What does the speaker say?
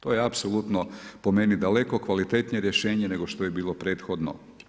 To je apsolutno po meni daleko kvalitetnije rješenje nego što je bilo prethodno.